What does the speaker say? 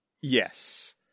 Yes